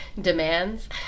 demands